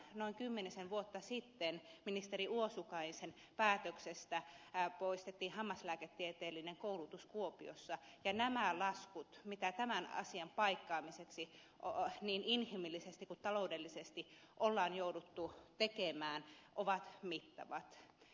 noin kymmenisen vuotta sitten ministeri uosukaisen päätöksestä poistettiin hammaslääketieteellinen koulutus kuopiosta ja nämä laskut mitä tämän asian paikkaamiseksi niin inhimillisesti kuin taloudellisesti on jouduttu maksamaan ovat mittavat